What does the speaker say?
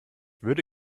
würde